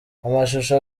amashusho